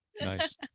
Nice